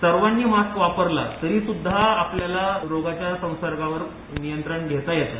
सर्वांनी मास्क वापरला तरीसुध्दा आपल्याला रोगाच्या संसर्गावर नियंत्रण घेता येतं